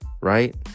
right